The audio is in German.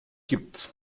gibt